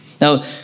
Now